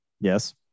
Yes